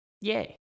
yay